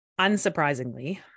Unsurprisingly